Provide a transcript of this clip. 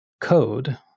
code